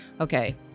Okay